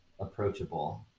approachable